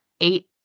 eight